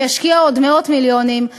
וישקיע עוד מאות מיליונים,